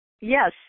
Yes